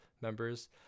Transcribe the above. members